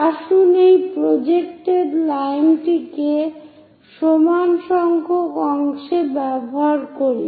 আসুন এই প্রজেক্টেড লাইনটিকে সমান সংখ্যক অংশে ব্যবহার করি